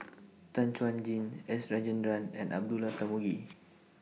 Tan Chuan Jin S Rajendran and Abdullah Tarmugi